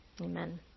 Amen